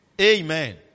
Amen